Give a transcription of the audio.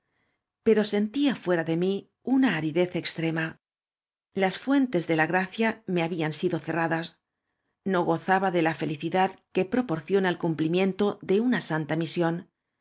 pero sentía íiera de m í una aridez extrema las fuentes de la gra cia me habían sido cerradas no gozaba de la fe licidad que proorcioaa el cumplimieato de una santa misido